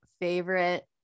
favorite